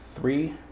Three